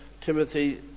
Timothy